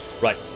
Right